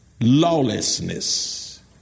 lawlessness